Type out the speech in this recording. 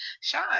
Sean